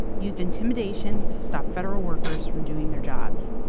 used intimidation to stop federal workers from doing their jobs.